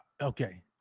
Okay